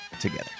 together